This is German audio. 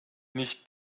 nicht